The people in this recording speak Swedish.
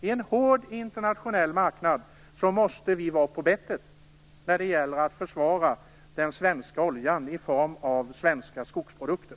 På en hård internationell marknad måste vi vara på bettet när det gäller att försvara den svenska oljan i form av svenska skogsprodukter.